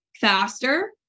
faster